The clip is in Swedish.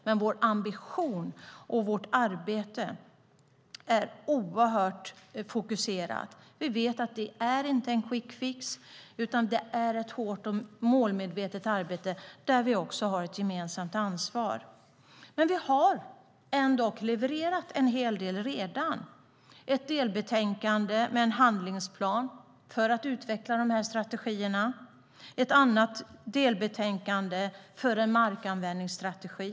Men vår ambition och vårt arbete är oerhört fokuserat. Vi vet att det inte är en quick fix utan att det är ett hårt och målmedvetet arbete där vi har ett gemensamt ansvar. Men vi har ändå levererat en hel del redan. Vi har levererat ett delbetänkande med en handlingsplan för att utveckla dessa strategier. Vi har levererat ett annat delbetänkande för en markanvändningsstrategi.